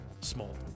small